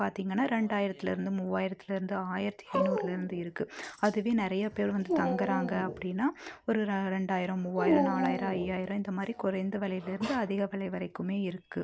பார்த்திங்கன்னா ரெண்டாயிரத்துலருந்து மூவாயிரத்துலருந்து ஆயிரத்து ஐநூறுலருந்து இருக்கு அதுவே நிறையா பேர் வந்து தங்குறாங்க அப்படின்னா ஒரு ரெ ரெண்டாயிரம் மூவாயிரம் நாலாயிரம் ஐயாயிரம் இந்த மாதிரி குறைந்த விலையிலேருந்து அதிக விலை வரைக்குமே இருக்கு